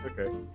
Okay